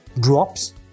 drops